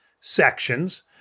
sections